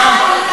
איזה ארגון זה?